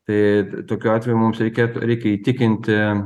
tai tokiu atveju mums reikėtų reikia įtikinti